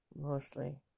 Mostly